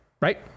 right